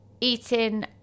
eating